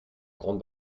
grande